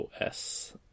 OS